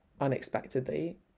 unexpectedly